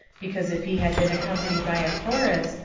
because if he had been accompanied by a chorus,